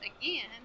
again